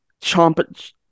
chomp –